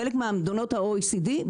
חלק ממדינות ה-OECD,